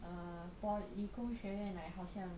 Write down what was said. uh pol~ 理工学院 like 好像